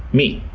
me.